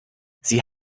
sie